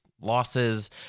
losses